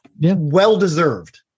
well-deserved